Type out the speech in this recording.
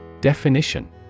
Definition